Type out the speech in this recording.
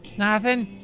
nothing.